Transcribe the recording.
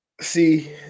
See